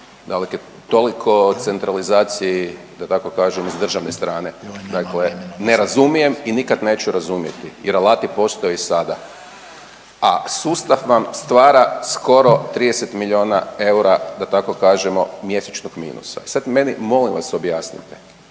toliko o centralizaciji da tako kažem s državne strane, dakle ne razumijem i nikad neću razumjeti irelati postoje i sada, a sustav vam stvara skoro 30 milijuna eura da tako kažemo mjesečnog minusa. Sad meni molim vas objasnite,